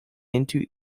into